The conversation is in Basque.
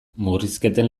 murrizketen